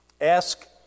Ask